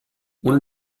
una